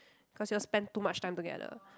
cause you all spend too much time together